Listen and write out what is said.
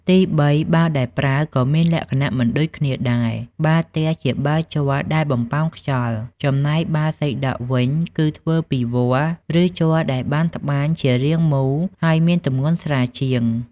ទីបី បាល់ដែលប្រើក៏មានលក្ខណៈមិនដូចគ្នាដែរ បាល់ទះជាបាល់ជ័រដែលបំប៉ោងខ្យល់ ចំណែកបាល់សីដក់វិញគឺធ្វើពីវល្លិ៍ ឬជ័រដែលបានត្បាញជារាងមូល ហើយមានទម្ងន់ស្រាលជាង។